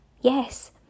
Yes